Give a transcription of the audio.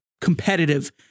competitive